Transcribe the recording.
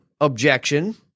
objection